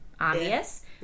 obvious